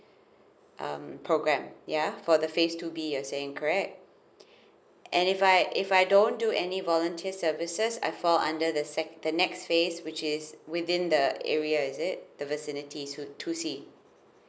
um program yeah for the phase two B you are saying correct and if I if I don't do any volunteer services I fall under the sec the next phase which is within the area is it the vicinity two two C